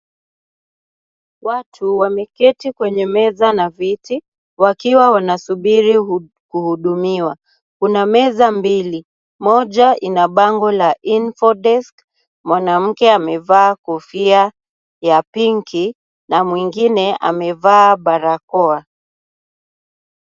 Watu wameketi kwenye meza na viti, wakiwa wanasubiri kuhudumiwa. Kuna meza mbili, moja ina bango la INFO DESK . Mwanamke amevaa kofia ya pinki na mwingine amevaa barakoa.